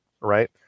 right